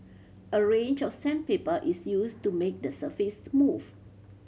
a range of sandpaper is used to make the surface smooth